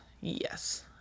Yes